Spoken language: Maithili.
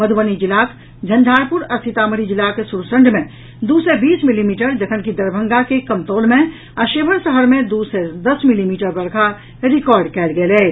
मधुबनी जिलाक झंझारपुर आ सीतामढ़ी जिलाक सुरसंड मे दू सय बीस मिलीमीटर जखनकि दरभंगा के कमतौल मे आ शिवहर शहर मे दू सय दस मिलीमीटर वर्षा रिकॉर्ड कयल गेल अछि